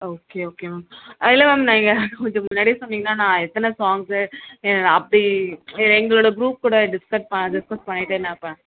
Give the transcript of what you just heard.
okay okay ma'am இல்லை ma'am நீங்கள் கொஞ்சம் முன்னாடியே சொன்னிங்கன்னால் நான் எத்தனை சாங்க்ஸு அப்படி எ எங்களோடய க்ரூப் கூட டிஸ்கஸ் பா டிஸ்கஸ் பண்ணிவிட்டு நான் ப